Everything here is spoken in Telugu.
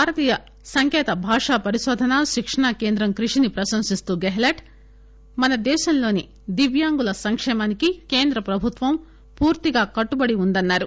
భారతీయ సంకేత భాషా పరిశోధన శిక్షణ కేంద్రం కృషిని ప్రశంసిస్తూ గెహ్ట్ మనదేశంలోని దివ్యాంగుల సంకేమానికి కేంద్ర ప్రభుత్వం పూర్తిగా కట్టుబడి వుందని అన్నారు